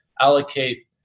allocate